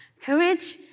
Courage